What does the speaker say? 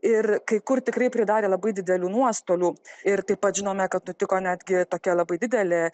ir kai kur tikrai pridarė labai didelių nuostolių ir taip pat žinome kad nutiko netgi tokia labai didelė